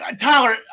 Tyler